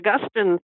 Augustine